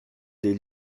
des